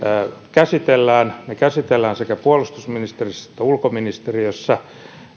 käsitellään ne käsitellään sekä puolustusministeriössä että ulkoministeriössä